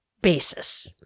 basis